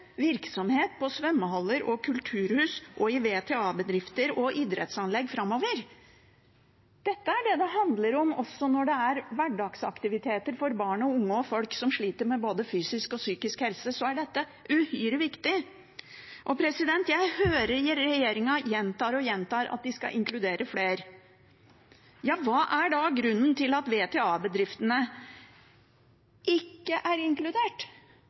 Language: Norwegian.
virksomhet på svømmehaller og kulturhus og i VTA-bedrifter og idrettsanlegg framover. Dette handler om hverdagsaktiviteter for barn og unge og folk som sliter med både fysisk og psykisk helse, så dette er uhyre viktig. Jeg hører regjeringen gjentar og gjentar at de skal inkludere flere. Ja, hva er da grunnen til at VTA-bedriftene ikke er inkludert